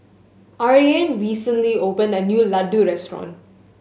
Ariane recently opened a new Ladoo Restaurant